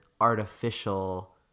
artificial